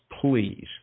please